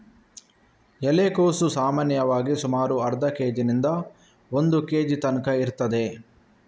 ಎಲೆಕೋಸು ಸಾಮಾನ್ಯವಾಗಿ ಸುಮಾರು ಅರ್ಧ ಕೇಜಿನಿಂದ ಒಂದು ಕೇಜಿ ತನ್ಕ ಇರ್ತದೆ